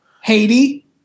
Haiti